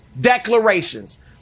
declarations